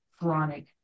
chronic